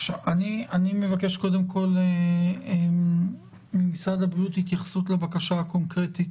אני מבקש קודם כל את התייחסות משרד הבריאות לבקשה הקונקרטית